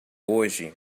hoje